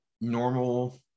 normal